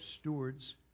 stewards